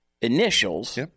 initials